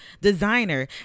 designer